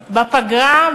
בפגרה,